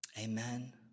Amen